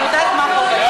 אני יודעת מה זכותי ומה,